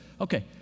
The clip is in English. okay